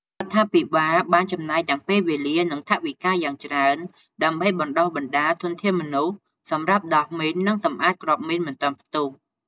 រដ្ឋាភិបាលបានចំណាយទាំងពេលវេលា និង ថវិកាយ៉ាងច្រើន ដើម្បីបណ្តុះបណ្តាលធនធានមនុស្សសម្រាប់ដោះមីន និងសម្អាតគ្រាប់មីនមិនទាន់ផ្ទះ។